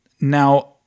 Now